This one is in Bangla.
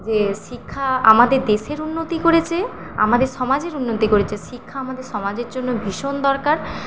যে শিক্ষা আমাদের দেশের উন্নতি করেছে আমাদের সমাজের উন্নতি করেছে শিক্ষা আমাদের সমাজের জন্য ভীষণ দরকার